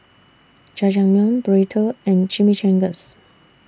Jajangmyeon Burrito and Chimichangas